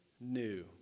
new